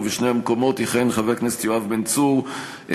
בשני המקומות יכהן חבר הכנסת יואב בן צור כממלא-מקום,